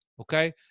okay